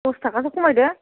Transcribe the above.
दस थाखासो खमायदो